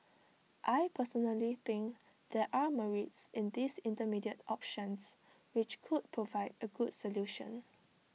I personally think there are merits in these intermediate options which could provide A good solution